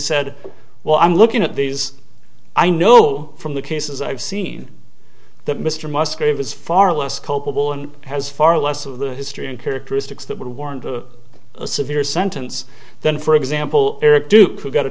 said well i'm looking at these i know from the cases i've seen that mr musgrave is far less culpable and has far less of the history and characteristics that would warrant a severe sentence than for example eric d